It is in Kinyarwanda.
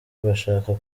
bashaka